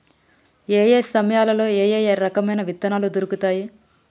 ఏయే సమయాల్లో ఏయే రకమైన విత్తనాలు దొరుకుతాయి?